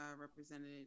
represented